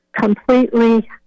completely